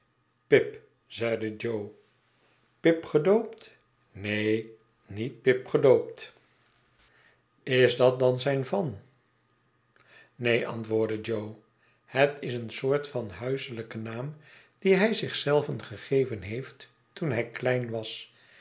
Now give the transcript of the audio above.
pip zeide jo pip gedoopt neen niet pip gedoopt is dat dan zijn van neen antwoordde jo het is een soort van huiselijken naam dien hij zich zelven gegeven heeft toen hij kiein was